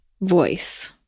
Voice